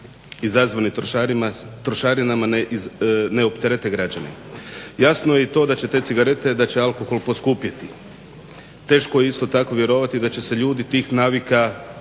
izazvani trošarinama ne opterete građane. Jasno je i to da će te cigarete da će alkohol poskupjeti. Teško je isto tako vjerovati da će se ljudi tih navika